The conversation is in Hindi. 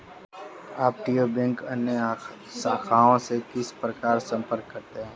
अपतटीय बैंक अन्य शाखाओं से किस प्रकार संपर्क करते हैं?